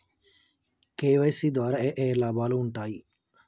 KYC ద్వారా ఏఏ లాభాలు ఉంటాయి?